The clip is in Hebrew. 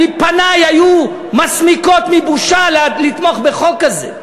פני היו מסמיקות מבושה לתמוך בחוק כזה.